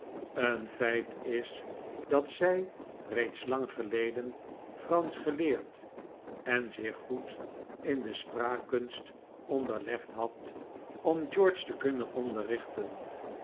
een feit is dat zij reeds lang geleden fransch geleerd en zich goed in de spraakkunst onderlegd had om george te kunnen